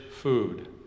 food